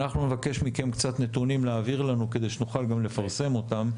אנחנו נבקש מכם קצת נתונים להעביר אלינו כדי שנוכל גם לפרסם אותם,